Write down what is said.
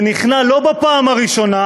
ונכנע, לא בפעם הראשונה,